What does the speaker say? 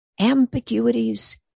Ambiguities